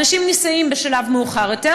אנשים נישאים בשלב מאוחר יותר,